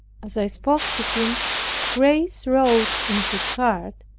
as i spoke to him grace wrought in his heart,